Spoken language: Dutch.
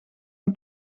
een